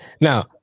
Now